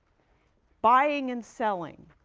buying and selling,